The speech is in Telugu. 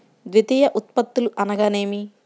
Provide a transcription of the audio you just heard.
ద్వితీయ ఉత్పత్తులు అనగా నేమి?